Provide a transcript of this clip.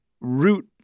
root